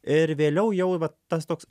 ir vėliau jau vat tas toks